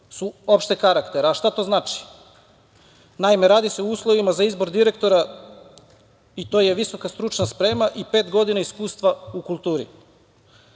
su opšteg karaktera. Šta to znači? Naime, radi se o uslovima za izbor direktora i to je visoka stručna sprema i pet godina iskustva u kulturi. Kako